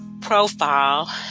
profile